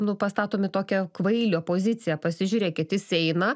nu pastatomi į tokią kvailio poziciją pasižiūrėkit jis eina